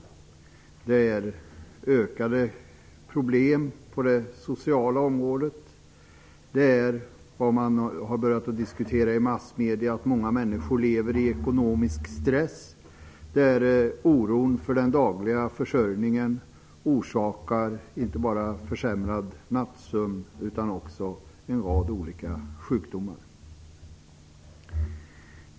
Det uppstår ökade problem på det sociala området. I massmedierna har man börjat diskutera att många människor lever under ekonomisk stress. Oron för den dagliga försörjningen orsakar inte bara försämrad nattsömn utan också en rad olika sjukdomar.